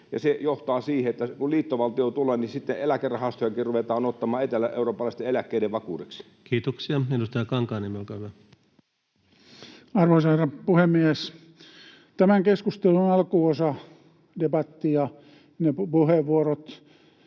se johtaa siihen, että kun liittovaltio tulee, niin sitten eläkerahastojakin ruvetaan ottamaan eteläeurooppalaisten eläkkeiden vakuudeksi. Kiitoksia. — Edustaja Kankaanniemi, olkaa hyvä. Arvoisa herra puhemies! Tämän keskustelun alkuosa, debatti ja ne puheenvuorot,